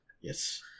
Yes